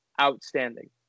outstanding